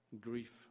grief